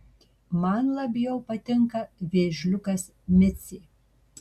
man labiau patinka vėžliukas micė